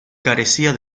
carecía